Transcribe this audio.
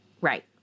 right